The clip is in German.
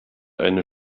eine